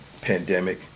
pandemic